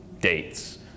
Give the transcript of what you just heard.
dates